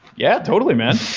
yeah, totally man.